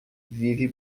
vive